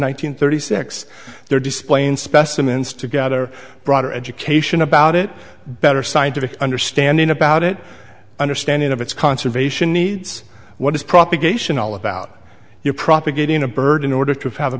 hundred thirty six they are displaying specimens to gather broader education about it better scientific understanding about it understanding of its conservation needs what is propagation all about your propagating a bird in order to have a